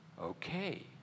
Okay